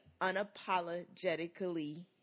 unapologetically